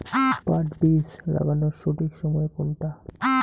পাট বীজ লাগানোর সঠিক সময় কোনটা?